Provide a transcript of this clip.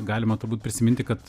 galima turbūt prisiminti kad